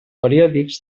periòdics